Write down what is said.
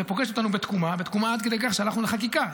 זה פוגש אותנו בתקומה עד כדי כך שהלכנו לחקיקה.